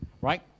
right